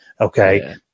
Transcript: Okay